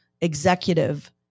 executive